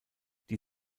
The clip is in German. die